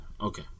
okay